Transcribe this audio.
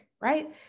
right